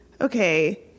okay